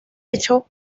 hecho